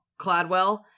Cladwell